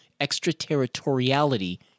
extraterritoriality